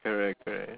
correct correct